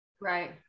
Right